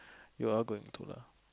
you all going to lah